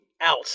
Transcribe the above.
out